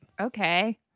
Okay